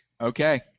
Okay